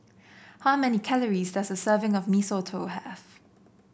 how many calories does a serving of Mee Soto have